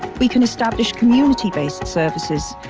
we can establish community based services,